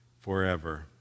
forever